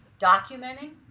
documenting